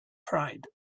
pride